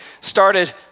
started